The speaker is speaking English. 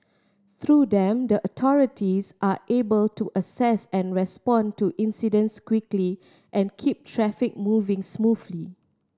through them the authorities are able to assess and respond to incidents quickly and keep traffic moving smoothly